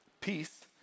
peace